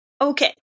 Okay